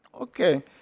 Okay